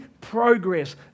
progress